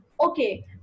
okay